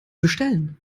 bestellen